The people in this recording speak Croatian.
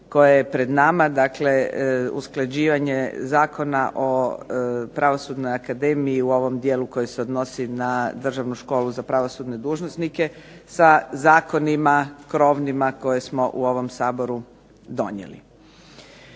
koje je pred nama, dakle usklađivanje Zakona o Pravosudnoj akademiji u ovom dijelu koji se odnosi na Državnu školu za pravosudne dužnosnike sa zakonima krovnima koje smo u ovom Saboru donijeli.